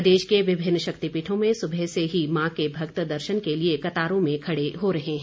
प्रदेश के विभिन्न शक्तिपीठों में सुबह से ही माँ के भक्त दर्शन के लिए कतारों में खड़े हो रहे हैं